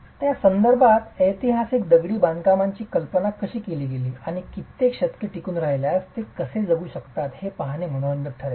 त्या संदर्भात ऐतिहासिक दगडी बांधकामांची कल्पना कशी केली गेली आणि कित्येक शतके टिकून राहिल्यास ते कसे जगू शकतात हे पाहणे मनोरंजक ठरेल